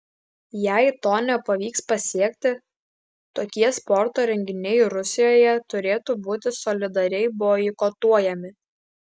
jei to nepavyks pasiekti tokie sporto renginiai rusijoje turėtų būti solidariai boikotuojami